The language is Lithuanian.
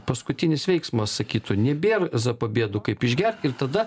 paskutinis veiksmas sakytų nebėr zapabiedų kaip išgert ir tada